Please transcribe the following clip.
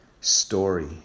story